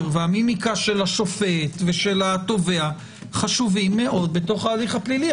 והמימיקה של השופט ושל התובע חשובים מאוד בתוך ההליך הפךלילי,